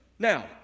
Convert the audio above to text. Now